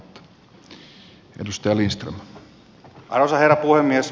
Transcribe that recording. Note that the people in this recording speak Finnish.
arvoisa herra puhemies